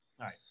right